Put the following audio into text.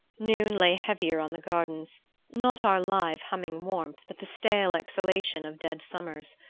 noon lay heavier on the gardens not our live humming warmth but the stale exhalation of dead summers.